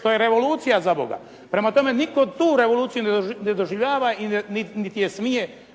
što je revolucija zaboga. Prema tome, nitko tu revoluciju ne doživljava niti je smije